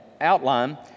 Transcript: outline